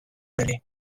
berri